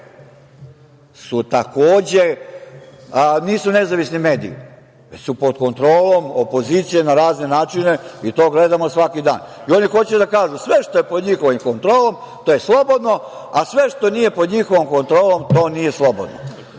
mediji nisu nezavisni mediji, već su pod kontrolom opozicije na razne načine i to gledamo svaki dan. I oni hoće da kažu – sve što je pod njihovom kontrolom je slobodno, a sve što nije pod njihovom kontrolom to nije slobodno. Dakle,